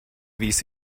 wies